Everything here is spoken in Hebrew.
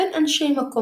מנהג אישי